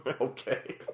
Okay